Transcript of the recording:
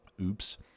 Oops